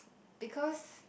because